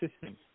system